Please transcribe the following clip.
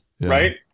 right